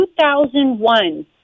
2001